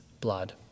blood